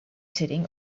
sitting